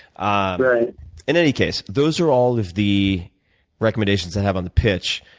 ah in any case, those are all of the recommendations i have on the pitch.